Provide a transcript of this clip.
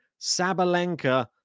Sabalenka